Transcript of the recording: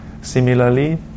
Similarly